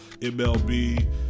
MLB